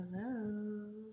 Hello